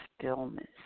stillness